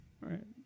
right